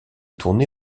tourné